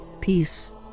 peace